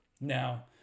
Now